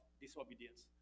disobedience